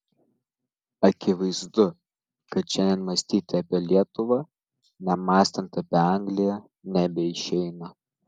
akivaizdu kad šiandien mąstyti apie lietuvą nemąstant apie angliją nebeišeina